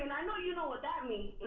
i know you know what that means.